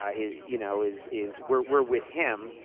ah you know, is is we're we're with him.